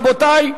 רבותי,